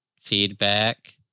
Feedback